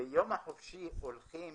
ביום החופשי הולכים